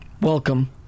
welcome